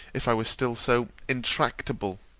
if i were still so intractable.